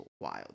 wild